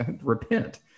repent